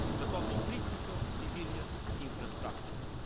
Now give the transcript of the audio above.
but also critical civilian infrastructure.